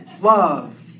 love